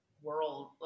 World